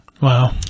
Wow